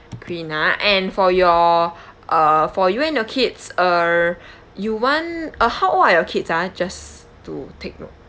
queen ah and for your uh for you and your kids uh you want uh how old are your kids ah just to take note